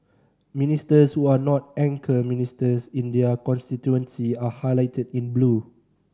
ministers who are not anchor ministers in their constituency are highlighted in blue